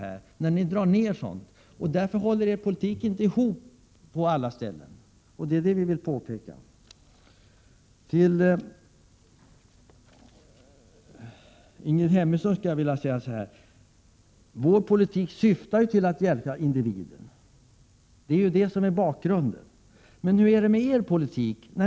Er politik håller inte ihop på alla ställen, och det är detta vi vill påpeka. Till Ingrid Hemmingsson: Vår politik syftar ju till att hjälpa individen. Det är detta som är bakgrunden. Men hur är det med er politik?